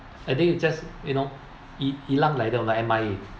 I think you just you know hi~ hilang like that or like M_I_A